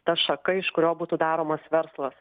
ta šaka iš kurio būtų daromas verslas